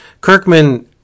Kirkman